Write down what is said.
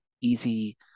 easy